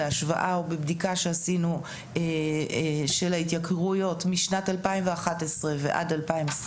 בבדיקה שעשינו של ההתייקרויות משנת 2011 ועד 2022